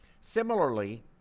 Similarly